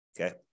okay